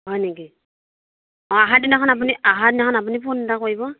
হয় নেকি অ অহা দিনাখন আপুনি অহা দিনাখন আপুনি ফোন এটা কৰিব